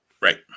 Right